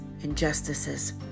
injustices